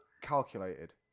calculated